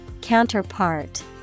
Counterpart